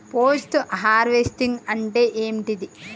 Post harvesting అంటే ఏంటిది?